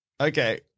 Okay